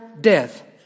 death